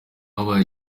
wabaye